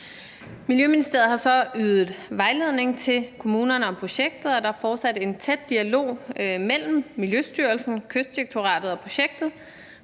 Miljøministeriet har så ydet vejledning til kommunerne om projektet, og der er fortsat en tæt dialog mellem Miljøstyrelsen, Kystdirektoratet og projektet,